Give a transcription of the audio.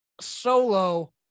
Solo